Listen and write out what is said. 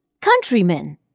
countrymen